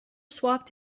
swapped